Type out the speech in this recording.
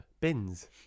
bins